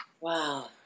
Wow